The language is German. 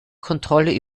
kontrolle